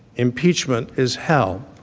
impeachment is hell